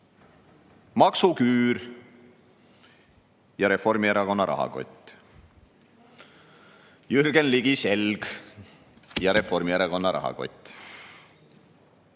Maksuküür ja Reformierakonna rahakott. Jürgen Ligi selg ja Reformierakonna rahakott.